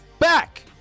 back